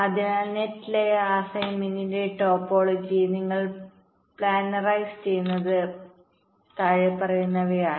അതിനാൽ net layer അസൈൻമെൻറിൻറെ ടോപ്പോളജിയെ നിങ്ങൾ പ്ലാനറൈസ്ചെയ്യുന്നത് താഴെപ്പറയുന്നവയാണ്